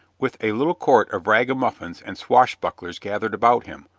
with a little court of ragamuffins and swashbucklers gathered about him,